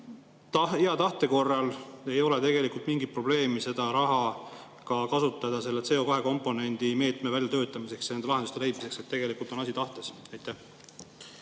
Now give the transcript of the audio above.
Hea tahte korral ei ole tegelikult mingi probleem seda raha kasutada ka CO2-komponendi meetme väljatöötamiseks ja nende lahenduste leidmiseks. Tegelikult on asi tahtes. Aitäh!